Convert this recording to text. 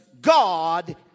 God